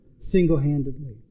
single-handedly